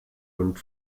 und